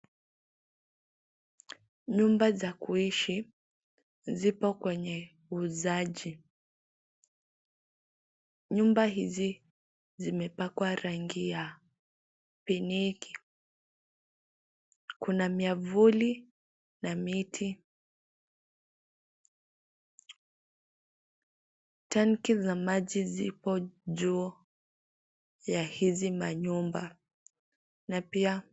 Nyumba za kuishi zipo kwenye uuzaji. Nyumba hizi zimepakwa rangi ya pinki. Kuna miavuli na miti. Tenki za maji zipo juu ya hizi manyumba na pia.